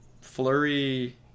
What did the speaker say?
Flurry